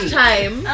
time